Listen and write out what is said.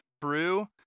brew